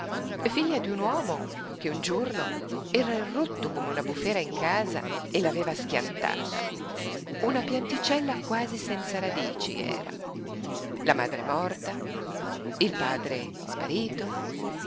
figlia d'un uomo che un giorno era irrotto come una bufera in casa e l'aveva schiantata una pianticella quasi senza radici era la madre morta il padre sparito